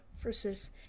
versus